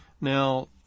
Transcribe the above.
Now